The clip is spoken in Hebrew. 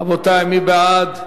רבותי, מי בעד?